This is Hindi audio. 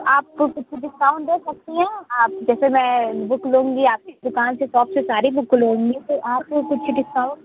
तो आप कुछ ना कुछ डिस्काउंट दे सकते है आप जैसे मैं बुक लूँगी आपकी दुकान से शोप से सारी बुक लूँगी तो आप कुछ डिस्काउंट